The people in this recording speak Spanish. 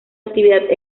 actividad